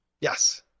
Yes